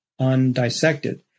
undissected